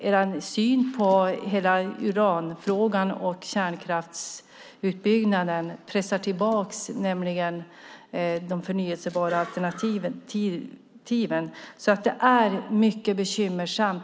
Er syn på hela uranfrågan och kärnkraftsutbyggnaden pressar nämligen tillbaka de förnybara alternativen. Er inställning är därför mycket bekymmersam.